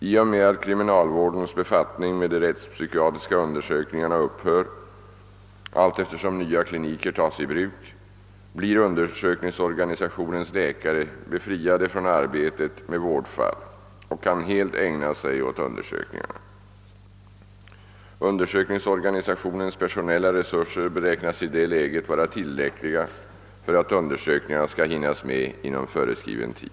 I och med att kriminalvårdens befattning med de rättspsykiatriska undersökningarna upphör allteftersom nya kliniker tas i bruk, blir undersökningsorganisationens läkare befriade från arbetet med vårdfall och kan helt ägna sig åt undersökningarna. Undersökningsorganisationens personella resurser beräknas i det läget vara tillräckliga för att undersökningarna skall hinnas med inom före skriven tid.